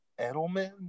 Edelman